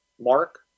Mark